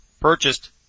purchased